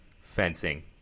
fencing